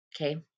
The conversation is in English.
okay